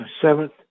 seventh